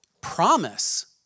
promise